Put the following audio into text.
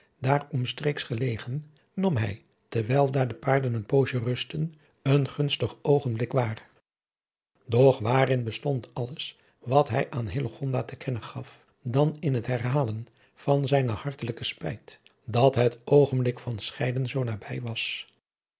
daar omstreeks gelegen nam hij terwijl daar de paarden een poosje rustten een gunstig oogenblik waar doch waarin bestond alles wat hij aan hillegonda te kennen gaf dan in het herhalen van zijne hartelijke spijt adriaan loosjes pzn het leven van hillegonda buisman dat het oogenblik van scheiden zoo nabij was